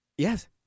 Yes